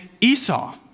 Esau